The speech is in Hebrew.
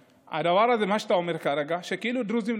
רגע, רגע, אדוני סגן השר.